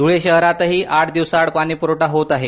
धुळे शहरातही आठदिवसाआड पाणीप्रवठा होत आहे